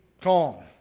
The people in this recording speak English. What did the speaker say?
calm